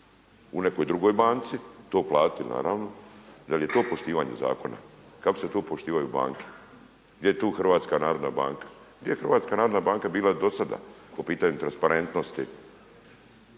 u nekoj drugoj banci, to platiti naravno. Da li je to poštivanje zakona? Kako se to poštivaju banke? Gdje je tu Hrvatska narodna banka? Gdje je Hrvatska narodna banka bila do sada po pitanju transparentnosti